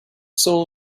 soul